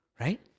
Right